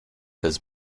his